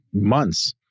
months